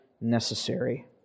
necessary